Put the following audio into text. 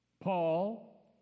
Paul